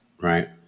Right